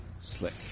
slick